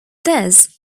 this